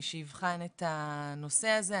שייבחן את הנושא הזה.